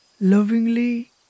lovingly